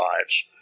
lives